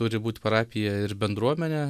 turi būt parapija ir bendruomenė